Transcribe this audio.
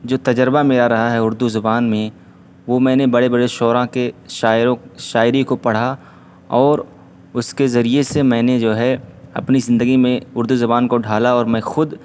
جو تجربہ میرا رہا ہے اردو زبان میں وہ میں نے بڑے بڑے شعراء کے شاعروں شاعری کو پڑھا اور اس کے ذریعے سے میں نے جو ہے اپنی زندگی میں اردو زبان کو ڈھالا اور میں خود